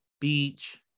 beach